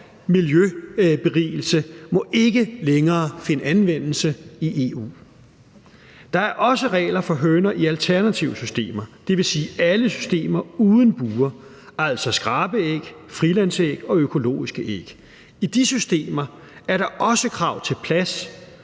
miljøberigelse, må ikke længere finde anvendelse i EU. Der er også regler for høner i alternative systemer, dvs. alle systemer uden bure, altså i forhold til skrabeæg, frilandsæg og økologiske æg. I de systemer er der også krav til plads,